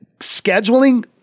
scheduling